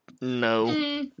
no